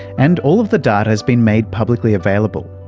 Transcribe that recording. and all of the data has been made publicly available.